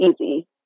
easy